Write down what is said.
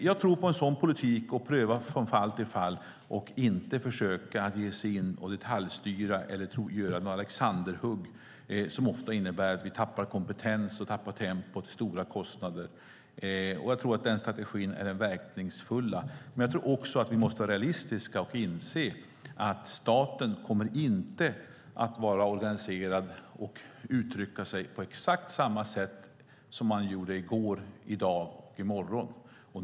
Jag tror på en sådan politik, att pröva från fall till fall och inte försöka ge sig in och detaljstyra eller göra ett alexanderhugg som ofta innebär att vi tappar kompetens och tappar tempo till stora kostnader. Jag tror att den strategin är verkningsfull, men jag tror också att vi måste vara realistiska och inse att staten inte kommer att vara organiserad och uttrycka sig på exakt samma sätt som man gjorde i går, i dag och i morgon.